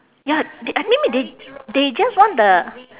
ya t~ I think they m~ they they just want the